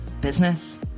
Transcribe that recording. business